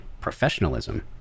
professionalism